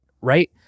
right